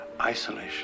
isolation